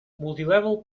multilevel